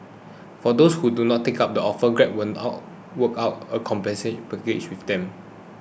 for those who do not take up the offer Grab will work out a compensation package with them